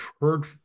heard